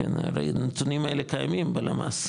הרי הנתונים האלה קיימים בלמ"ס,